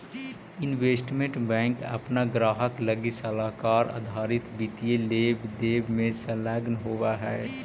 investment bank अपना ग्राहक लगी सलाहकार आधारित वित्तीय लेवे देवे में संलग्न होवऽ हई